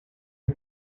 you